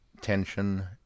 tension